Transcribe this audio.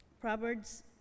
Proverbs